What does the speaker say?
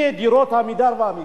דירות "עמידר" ו"עמיגור",